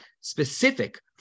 specific